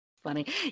funny